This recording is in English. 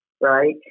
right